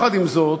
עם זאת,